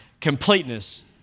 completeness